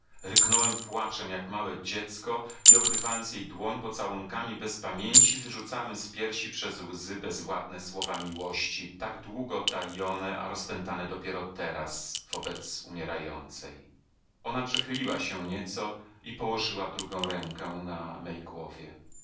ryknąłem płaczem jak małe dziecko i okrywając jej dłoń pocałunkami bez pamięci wyrzucałem z piersi przez łzy bezładne słowa miłości tak długo tajone a rozpętane dopiero teraz wobec umierającej ona przechyliła się nieco i położyła drugą rękę na mej głowie